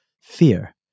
fear